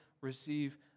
receive